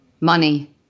Money